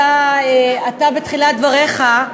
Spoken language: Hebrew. בתחילת דבריך,